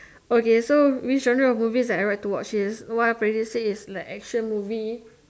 okay so which genre of movies I like to watch is actually like action movies